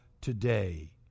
today